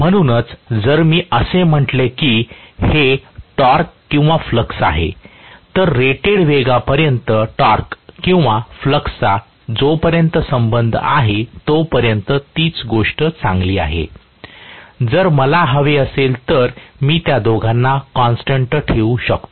म्हणूनच जर मी असे म्हटले की हे टॉर्क किंवा फ्लक्स आहे तर रेटेड वेगापर्यंत टॉर्क किंवा फ्लक्सचा जोपर्यंत संबंध आहे तोपर्यंत तीच गोष्ट चांगली आहे जर मला हवे असेल तर मी त्या दोघांना कॉन्स्टन्ट ठेवू शकतो